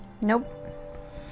Nope